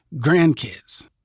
grandkids